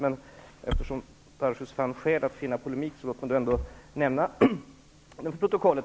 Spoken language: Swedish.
Eftersom Daniel Tarschys fann skäl att polemisera vill jag ändå ta upp frågan.